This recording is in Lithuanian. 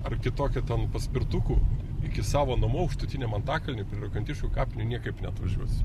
ar kitokiu ten paspirtuku iki savo namų aukštutiniam antakalny rokantiškių kapinių niekaip neatvažiuosi